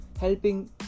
helping